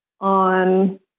on